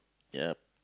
ya